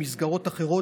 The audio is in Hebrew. במסגרות אחרות.